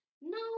no